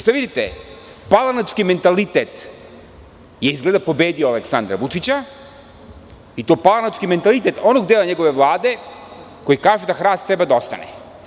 Sad vidite, palanački mentalitet je izgleda pobedio Aleksandra Vučića i to palanački mentalitet onog dela njegove Vlade koji kaže da hrast treba da ostane.